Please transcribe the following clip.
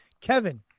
Kevin